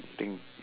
I think